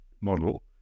model